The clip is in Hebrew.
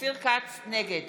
נגד